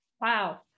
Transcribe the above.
Wow